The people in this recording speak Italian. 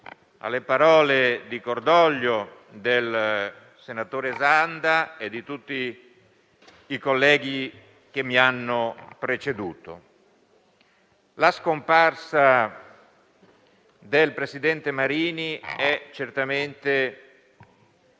alle parole di cordoglio del senatore Zanda e di tutti i colleghi che mi hanno preceduto. La scomparsa del presidente Marini è certamente